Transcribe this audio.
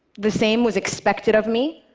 the same was expected of me.